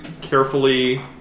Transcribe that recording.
carefully